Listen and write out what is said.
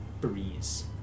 breeze